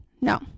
No